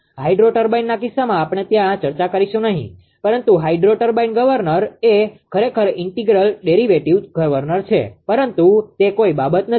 hydro ટર્બાઇનના કિસ્સામાં આપણે ત્યાં ચર્ચા કરીશું નહીં પરંતુ હાઈડ્રો ટર્બાઇન ગવર્નર એ ખરેખર ઇન્ટિગ્રલ ડેરીવેટીવ ગવર્નર છે પરંતુ તે કોઈ બાબત નથી